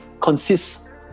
consists